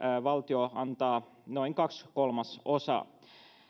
valtio antaa noin kaksi kolmasosaa